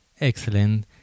Excellent